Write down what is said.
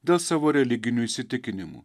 dėl savo religinių įsitikinimų